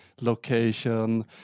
location